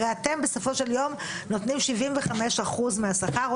הרי אתם בסופו של יום נותנים שבעים וחמישה אחוז מהשכר.